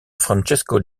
francesco